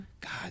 God